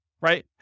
right